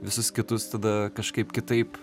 visus kitus tada kažkaip kitaip